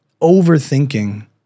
overthinking